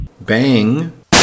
bang